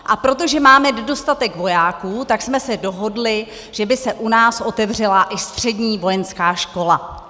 A protože máme nedostatek vojáků, tak jsme se dohodli, že by se u nás otevřela i střední vojenská škola.